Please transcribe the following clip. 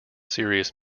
serious